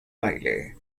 baile